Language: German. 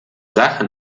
sache